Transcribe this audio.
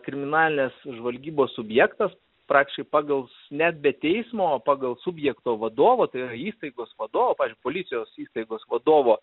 kriminalinės žvalgybos subjektas praktiškai pagal net be teismo pagal subjekto vadovo tai yra įstaigos vadovo pavyzdžiui policijos įstaigos vadovo